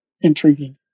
intriguing